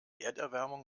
erderwärmung